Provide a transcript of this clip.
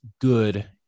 good